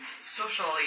socially